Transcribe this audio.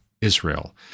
Israel